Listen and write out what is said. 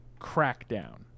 Crackdown